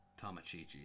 Tamachichi